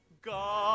God